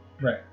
right